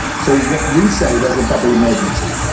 so what we say, there's a double emergency,